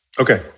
okay